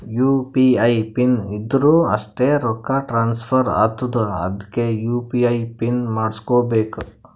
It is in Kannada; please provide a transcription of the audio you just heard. ಯು ಪಿ ಐ ಪಿನ್ ಇದ್ದುರ್ ಅಷ್ಟೇ ರೊಕ್ಕಾ ಟ್ರಾನ್ಸ್ಫರ್ ಆತ್ತುದ್ ಅದ್ಕೇ ಯು.ಪಿ.ಐ ಪಿನ್ ಮಾಡುಸ್ಕೊಬೇಕ್